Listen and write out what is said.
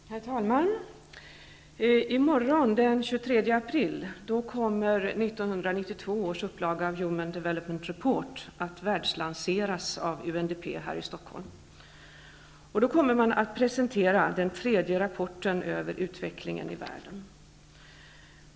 Herr talman! I morgon, den 23 april, kommer 1992 års upplaga av Human Development Report att världslanseras av UNDP här i Stockholm. Då kommer man att presentera den tredje rapporten över utvecklingen i världen.